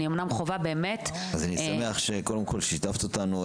אני אמנם חווה באמת --- אז אני שמח שקודם כל שיתפת אותנו,